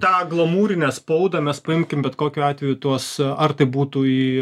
tą glamūrinę spaudą mes paimkim bet kokiu atveju tuos ar tai būtų į